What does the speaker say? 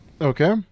Okay